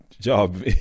job